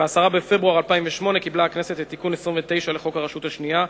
ב-10 בפברואר 2008 קיבלה הכנסת את תיקון 29 לחוק הרשות השנייה,